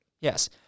Yes